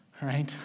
right